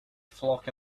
flock